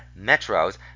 Metros